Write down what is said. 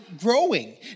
growing